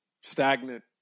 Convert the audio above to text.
stagnant